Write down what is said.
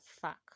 fuck